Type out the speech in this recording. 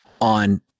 on